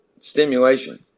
stimulation